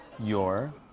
your.